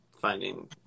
finding